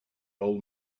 old